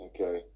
Okay